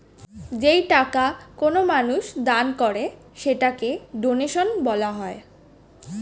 যেই টাকা কোনো মানুষ দান করে সেটাকে ডোনেশন বলা হয়